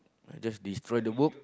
just destroy the book